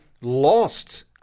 lost